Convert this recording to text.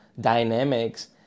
dynamics